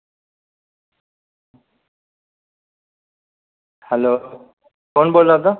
hello कु'न बोला दा